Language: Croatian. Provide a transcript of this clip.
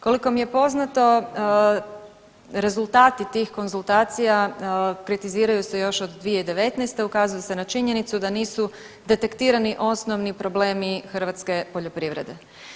Koliko mi je poznato rezultati tih konzultacija kritiziraju se još od 2019., ukazuje se na činjenicu da nisu detektirani osnovni problemi hrvatske poljoprivrede.